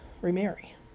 remarry